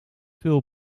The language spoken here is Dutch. veel